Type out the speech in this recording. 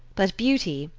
but beauty,